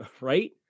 right